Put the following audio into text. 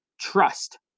Trust